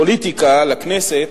לפוליטיקה, לכנסת,